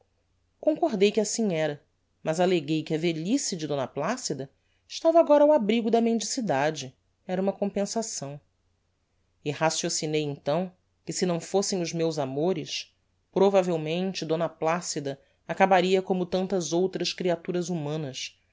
concordei que assim era mas alleguei que a velhice de d placida estava agora ao abrigo da mendicidade era uma compensação e raciocinei então que se não fossem os meus amores provavelmente d placida acabaria como tantas outras creaturas humanas